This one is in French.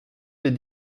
des